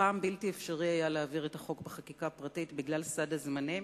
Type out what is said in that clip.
הפעם בלתי אפשרי היה להעביר את החוק בחקיקה פרטית בגלל סד הזמנים,